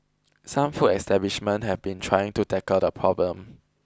some food establishments have been trying to tackle the problem